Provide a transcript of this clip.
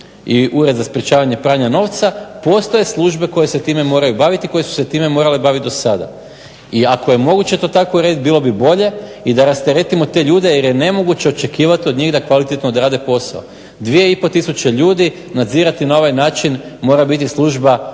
i Ured za sprečavanje pranja novca. Postoje službe koje se time moraju baviti, koje su se time morale baviti do sada. I ako je moguće to tako reći, bilo bi bolje i da rasteretimo te ljude jer je nemoguće očekivat od njih da kvalitetno odrade posao. 2500 ljudi nadzirati na ovaj način mora biti služba od